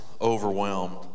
overwhelmed